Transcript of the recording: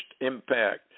impact